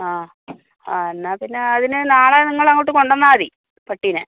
ആ ആ എന്നാൽ പിന്നെ അതിനെ നാളെ നിങ്ങൾ ഇങ്ങോട്ട് കൊണ്ടുവന്നാൽ മതി പട്ടീനെ